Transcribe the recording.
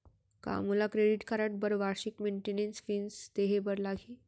का मोला credit card बर वार्षिक मेंटेनेंस फीस देहे बर लागही?